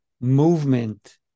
movement